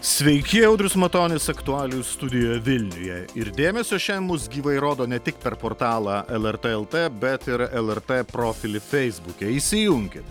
sveiki audrius matonis aktualijų studijoje vilniuje ir dėmesio šiandien mus gyvai rodo ne tik per portalą lrt lt bet ir lrt profily feisbuke įsijunkit